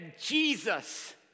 Jesus